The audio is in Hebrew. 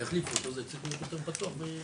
תחליפו צריך להיות יותר פתוח.